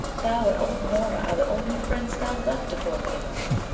thou and old norna are the only friends now left to poor leonore.